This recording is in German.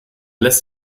lässt